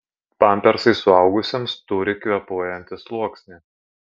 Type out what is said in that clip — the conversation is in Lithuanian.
pampersai suaugusiems turi kvėpuojantį sluoksnį